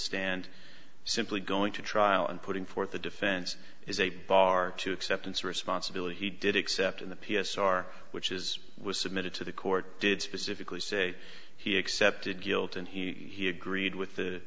stand simply going to trial and putting forth a defense is a bar to acceptance of responsibility he did except in the p s r which is was submitted to the court did specifically say he accepted guilt and he agreed with